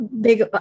big